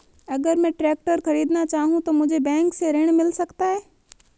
अगर मैं ट्रैक्टर खरीदना चाहूं तो मुझे बैंक से ऋण मिल सकता है?